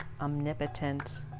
omnipotent